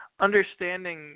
understanding